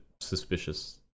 suspicious